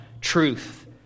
truth